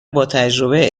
باتجربه